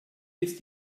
ist